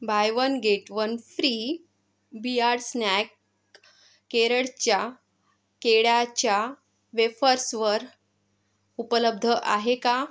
bye one get one free बियाड snack केरळच्या केळ्याच्या वेफर्सवर उपलब्ध आहे का